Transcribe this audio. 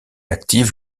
active